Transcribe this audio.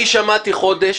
שמעתי חודש,